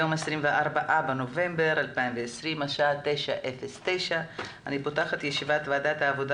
היום ה-24 לנובמבר 2020 השעה 9:09. אני פותחת את ישיבת ועדת העבודה